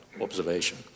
observation